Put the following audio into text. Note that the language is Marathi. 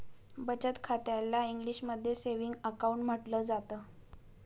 बचत खात्याला इंग्रजीमध्ये सेविंग अकाउंट म्हटलं जातं